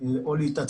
מתוך 15,000